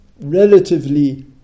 relatively